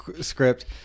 script